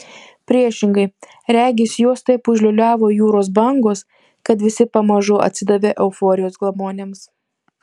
priešingai regis juos taip užliūliavo jūros bangos kad visi pamažu atsidavė euforijos glamonėms